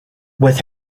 with